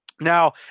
Now